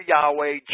Yahweh